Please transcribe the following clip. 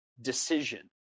decision